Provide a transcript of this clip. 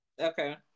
Okay